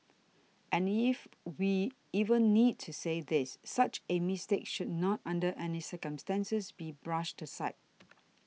and as if we even need to say this such a mistake should not under any circumstances be brushed aside